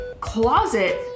closet